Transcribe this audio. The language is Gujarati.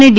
અને ડી